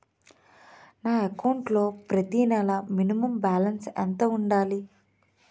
నా అకౌంట్ లో ప్రతి నెల మినిమం బాలన్స్ ఎంత ఉండాలి?